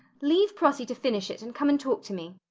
leave prossy to finish it and come and talk to me.